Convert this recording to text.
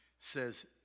says